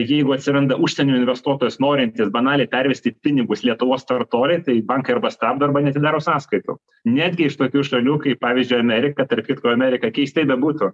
jeigu atsiranda užsienio investuotojas norintis banaliai pervesti pinigus lietuvos startuoliui tai bankai arba stabdo arba neatidaro sąskaitų netgi iš tokių šalių kaip pavyzdžiui amerika tarp kitko amerika keistai bebūtų